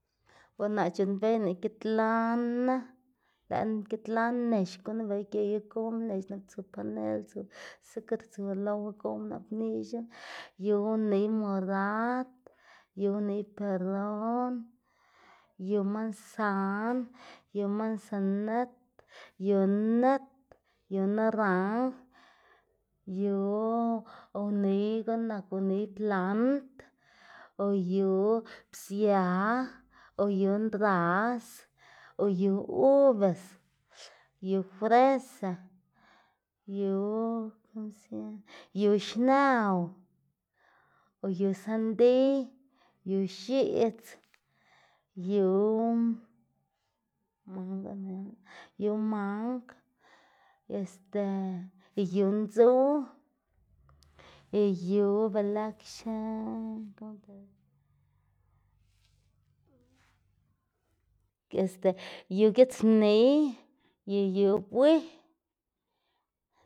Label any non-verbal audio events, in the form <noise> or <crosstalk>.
Bo naꞌ c̲h̲uꞌnnbeyná git lanna, lëꞌ git lan nex gunu geyu gowma nex nak tsu panel, tsu zukr tsu lowa gowmu nap nixu yu uniy morad, yu uniy peron, yu mansan, yu mansanit, yu nit, yu naranj, yu uniy guꞌn nak uniy plant, o yu psia o yu ndras, o yu ubas, yu fresa, yu <unintelligible> yu xnëw o yu sandiy, yu x̱iꞌdz, yu mang unelaná, yu mang este y yu ndzuw <noise> y yu be lëxe <unintelligible> <noise> este yu gitspniy y yu bwi. <noise>